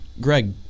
Greg